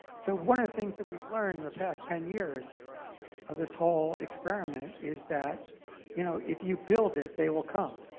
so one of the things that we've learned in the past ten years of this whole experiment is that you know if you build it, they will come.